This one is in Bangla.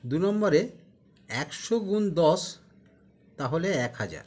দু নম্বরে একশো গুণ দশ তাহলে এক হাজার